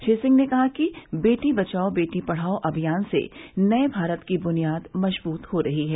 श्री सिंह ने कहा कि बेटी बचाओ बेटी पढाओ अभियान से नये भारत की बुनियाद मजबूत हो रही है